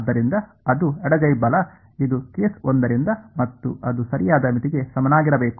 ಆದ್ದರಿಂದ ಅದು ಎಡಗೈ ಬಲ ಇದು ಕೇಸ್ 1 ರಿಂದ ಮತ್ತು ಅದು ಸರಿಯಾದ ಮಿತಿಗೆ ಸಮನಾಗಿರಬೇಕು